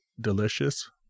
delicious